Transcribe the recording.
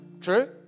True